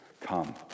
Come